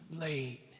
late